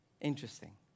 Interesting